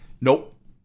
Nope